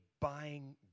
buying